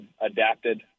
adapted